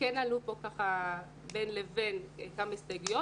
כן עלו כאן בין לבין כמה הסתייגויות